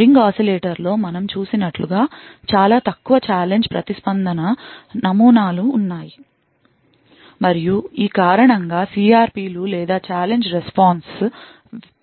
ring oscillator లో మనం చూసినట్లుగా చాలా తక్కువ ఛాలెంజ్ ప్రతిస్పందన నమూనాలు ఉన్నాయి మరియు ఈ కారణంగా CRP లు లేదా ఛాలెంజ్ రెస్పాన్స్